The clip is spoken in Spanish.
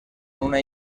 una